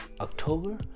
October